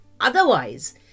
otherwise